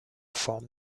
form